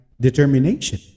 determination